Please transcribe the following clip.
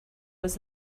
was